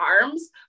arms